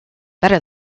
better